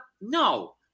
no